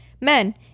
men